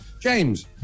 James